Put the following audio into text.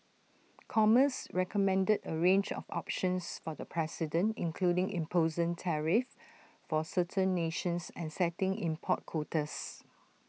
commerce recommended A range of options for the president including imposing tariffs for certain nations and setting import quotas